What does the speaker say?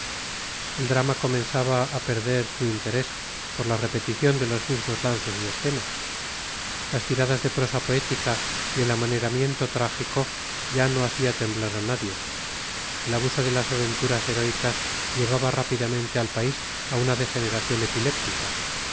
el drama comenzaba a perder su interés por la repetición de los mismos lances y escenas las tiradas de prosa poética y el amaneramiento trágico ya no hacía temblar a nadie el abuso de las aventuras heroicas llevaba rápidamente al país a una degeneración epiléptica